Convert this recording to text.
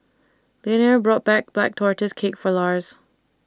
Leonore bought Black Tortoise Cake For Lars